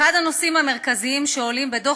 אחד הנושאים המרכזיים שעולים בדוח